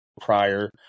prior